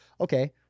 okay